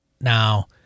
Now